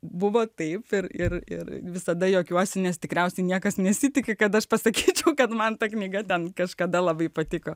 buvo taip ir ir ir visada juokiuosi nes tikriausiai niekas nesitiki kad aš pasakyčiau kad man ta knyga ten kažkada labai patiko